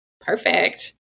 Perfect